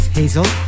Hazel